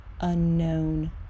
unknown